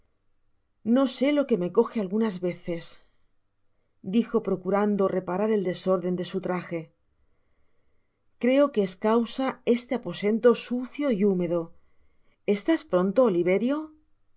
no se lo que me coje algunas veces dijo procurando reparar el desorden de su traje creo es causa este aposento súcio y húmedo estáspronto